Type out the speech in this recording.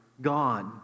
God